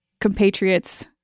compatriots